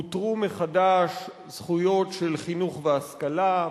הותרו מחדש זכויות של חינוך והשכלה,